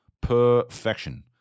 Perfection